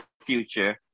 future